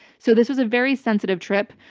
so this was a very sensitive trip.